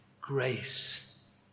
grace